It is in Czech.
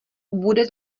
bude